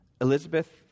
Elizabeth